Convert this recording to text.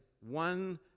one